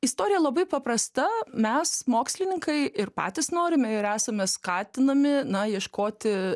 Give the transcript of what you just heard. istorija labai paprasta mes mokslininkai ir patys norime ir esame skatinami na ieškoti